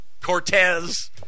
Cortez